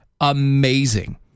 amazing